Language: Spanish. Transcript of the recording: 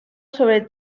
sobre